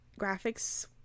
graphics